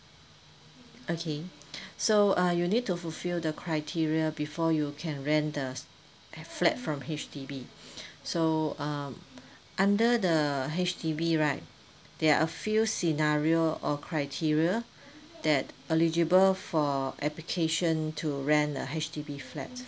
okay so uh you need to fulfill the criteria before you can rent the flat from H_D_B so uh under the H_D_B right there are a few scenario or criteria that eligible for application to rent a H_D_B flat